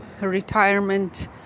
retirement